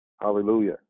Hallelujah